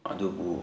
ꯑꯗꯨꯕꯨ